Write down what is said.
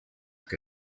que